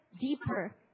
deeper